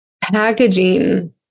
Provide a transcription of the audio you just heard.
packaging